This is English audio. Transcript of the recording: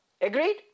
Agreed